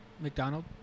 McDonald